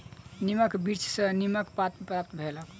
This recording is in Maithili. नीमक वृक्ष सॅ नीमक पात प्राप्त भेल